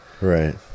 right